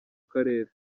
karere